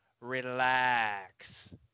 relax